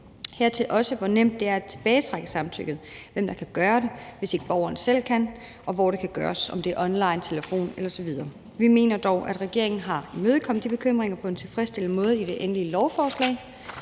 hertil også, hvor nemt det er at tilbagetrække samtykket, hvem der kan gøre det, hvis ikke borgeren selv kan, og hvor det kan gøres, altså om det er online, på telefonen eller andet. Vi mener dog, at regeringen har imødekommet de bekymringer på en tilfredsstillende måde i det endelige lovforslag,